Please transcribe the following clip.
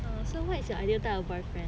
err so what is your ideal type of boyfriend